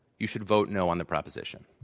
you should vote no on the proposition.